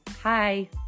hi